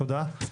תודה.